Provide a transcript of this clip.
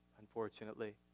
Unfortunately